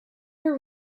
are